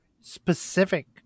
specific